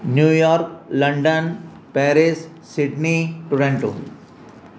New York London Paris Sydney Toronto